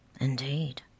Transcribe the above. Indeed